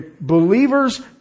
believers